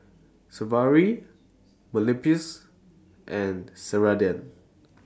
Sigvaris Mepilex and Ceradan